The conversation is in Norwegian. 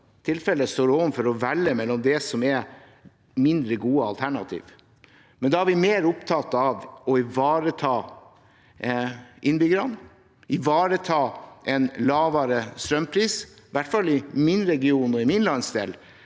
tilfellet står overfor å velge mellom mindre gode alternativ, men da er vi mer opptatt av å ivareta innbyggerne og ivareta en lavere strømpris – i hvert fall i min region og i min landsdel